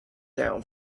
down